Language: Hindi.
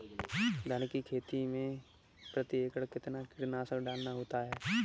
धान की खेती में प्रति एकड़ कितना कीटनाशक डालना होता है?